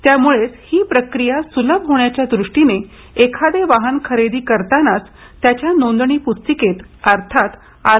त्यामुळेच हि प्रक्रिया सुलभ होण्याच्या दृष्टीने एखादे वाहन खरेदी करतानाच त्याच्या नोंदणी पुस्तिकेत अर्थात आर